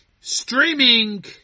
streaming